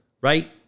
Right